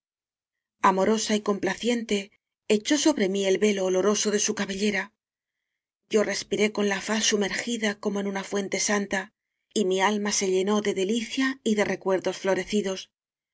y complaciente echó sobre mí el velo oloroso de su cabellera yo respiré con la faz sumergida como en una fuente santa y mi alma se llenó de delicia y de recuerdos florecidos